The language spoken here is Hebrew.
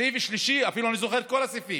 הסעיף השלישי, אני אפילו זוכר את כל הסעיפים,